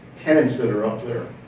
tents that are up there.